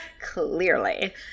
Clearly